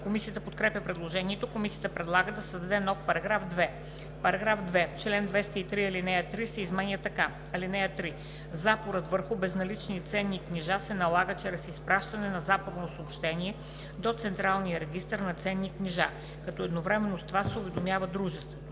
Комисията подкрепя предложението. Комисията предлага да се създаде нов § 2: „§ 2. В чл. 203 ал. 3 се изменя така: „(3) Запорът върху безналични ценни книжа се налага чрез изпращане на запорно съобщение до централния регистър на ценни книжа, като едновременно с това се уведомява дружеството.